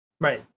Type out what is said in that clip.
Right